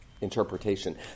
interpretation